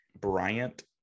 Bryant